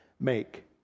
make